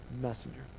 messenger